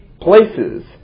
places